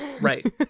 right